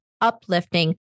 uplifting